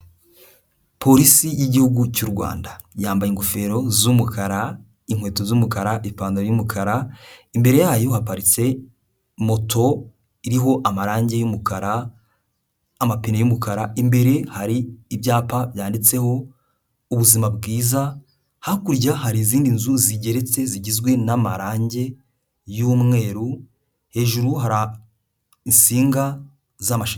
Polisi y'igihugu cy'u Rwanda yambaye ingofero z'umukara, inkweto z'umukara, ipantaro y'umukara, imbere yayo haparitse moto iriho amarange y'umukara, amapine y'umukara, imbere hari ibyapa byanditseho ubuzima bwiza, hakurya hari izindi nzu zigeretse zigizwe n'amarangi y'umweru, hejuru hari insinga z'amasha.....